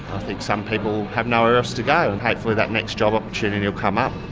i think some people have nowhere else to go and hopefully that next job opportunity will come up.